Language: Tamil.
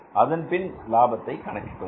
அதன் பின்னர் லாபத்தை கண்டுபிடித்தோம்